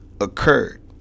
Occurred